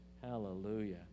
Hallelujah